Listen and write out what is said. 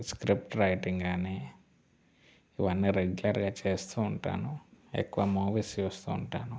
script writing అని ఇవన్నీ రెగ్యులర్గా చేస్తూ ఉంటాను ఎక్కువ మూవీస్ చూస్తుంటాను